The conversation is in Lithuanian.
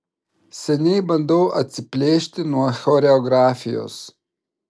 seniai bandau atsiplėšti nuo choreografijos